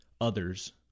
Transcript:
others